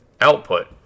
output